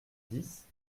dix